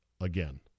again